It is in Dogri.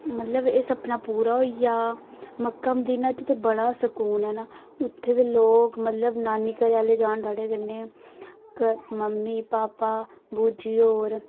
मतलब एह् सपना पूरा होई गेआ मक्का मदीना च उत्थै बड़ा सकून ऐ उत्थै दे लोक मतलब नानी घरे आहले जाहन साढ़े कन्नै मम्मी पापा बूजी होर